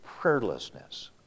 prayerlessness